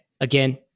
Again